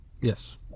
yes